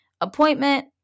appointment